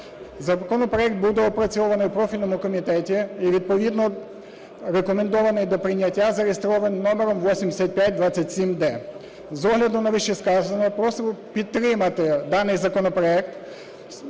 Законопроект буде опрацьований в профільному комітеті і відповідно рекомендований до прийняття за реєстровим номером 8527-д. З огляду на вищесказане просимо підтримати даний законопроект,